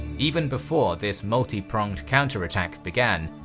even before this multipronged counterattack began,